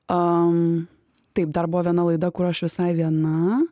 a taip dar buvo viena laida kur aš visai viena